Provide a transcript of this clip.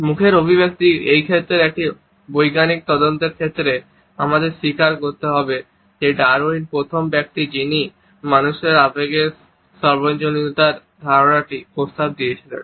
মুখের অভিব্যক্তির এই ক্ষেত্রে একটি বৈজ্ঞানিক তদন্তের ক্ষেত্রে আমাদের স্বীকার করতে হবে যে ডারউইনই প্রথম ব্যক্তি যিনি মানুষের আবেগের সর্বজনীনতার ধারণাটি প্রস্তাব করেছিলেন